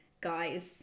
guys